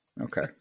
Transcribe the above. Okay